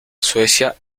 suecia